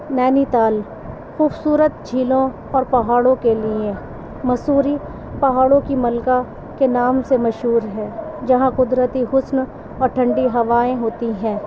نینی تال خوبصورت جھیلوں اور پہاڑوں کے لیے مسوری پہاڑوں کی ملکہ کے نام سے مشہور ہے جہاں قدرتی حسن اور ٹھنڈی ہوائیں ہوتی ہیں